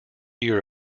year